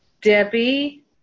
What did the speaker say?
Debbie